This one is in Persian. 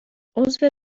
عضو